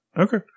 Okay